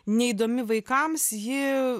neįdomi vaikams ji